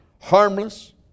harmless